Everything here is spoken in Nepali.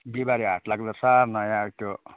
बिहिबारे हाट लाग्दोरहेछ नयाँ त्यो